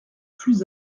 plus